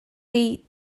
chi